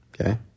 Okay